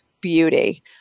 Beauty